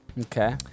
Okay